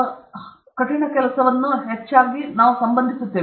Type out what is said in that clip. ಆದ್ದರಿಂದ ನಾವು ಯಶಸ್ಸನ್ನು ಹೊಂದಿರುವ ಹಾರ್ಡ್ ಕೆಲಸವನ್ನು ಹೆಚ್ಚಾಗಿ ಸಂಬಂಧಿಸುತ್ತೇವೆ